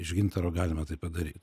iš gintaro galima taip padaryt